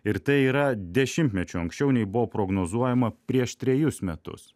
ir tai yra dešimtmečiu anksčiau nei buvo prognozuojama prieš trejus metus